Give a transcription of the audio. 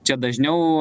čia dažniau